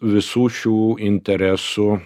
visų šių interesų